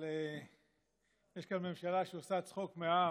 אבל יש כאן ממשלה שעושה צחוק מהעם.